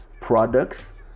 products